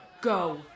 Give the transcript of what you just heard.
go